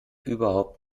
überhaupt